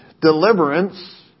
deliverance